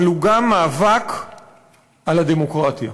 אבל הוא גם מאבק על הדמוקרטיה.